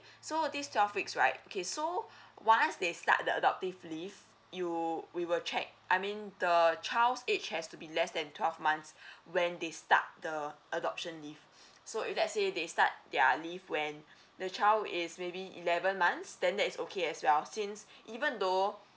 so these twelve weeks right okay so once they start the adoptive leave you we will check I mean the child's age has to be less than twelve months when they start the adoption leave so if let's say they start their leave when the child is maybe eleven months then that is okay as well since even though